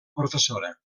professora